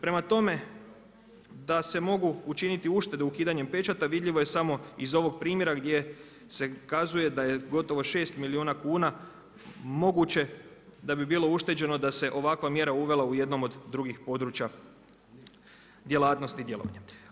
Prema tome, da se mogu učiniti uštede ukidanjem pečata vidljivo je samo iz ovog primjera gdje se kazuje da je gotovo 6 milijuna kuna moguće da bi bilo ušteđeno da se ovakva mjera uvela u jednom od drugih područja djelatnosti djelovanja.